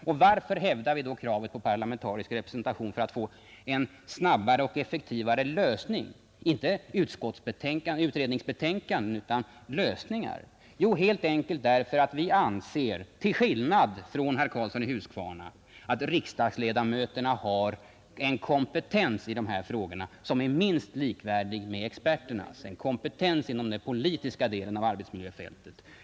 Och varför hävdar vi då kravet på parlamentarisk representation för att få en snabbare och effektivare lösning — inte utredningsbetänkanden utan lösningar? Jo, helt enkelt därför att vi anser, till skillnad från herr Karlsson i Huskvarna, att riksdagsledamöterna har en kompetens i de här frågorna som är minst likvärdig med experternas, en kompetens inom den politiska delen av arbetsmiljöfältet.